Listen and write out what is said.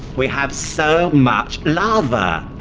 we have so much lava! ah,